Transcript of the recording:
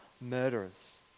murderers